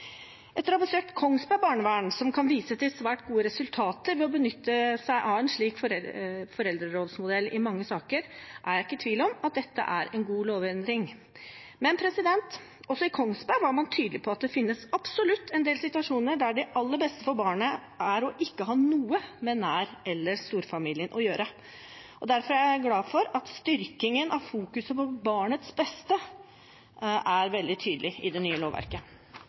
Etter å ha besøkt barnevernet i Kongsberg, som kan vise til svært gode resultater ved å benytte seg av en slik foreldrerådsmodell i mange saker, er jeg ikke i tvil om at dette er en god lovendring. Men også i Kongsberg var man tydelig på at det absolutt finnes en del situasjoner der det aller beste for barnet er å ikke ha noe med nær- eller storfamilien å gjøre. Derfor er jeg glad for at fokuseringen på barnets beste styrkes veldig tydelig i det nye lovverket.